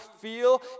feel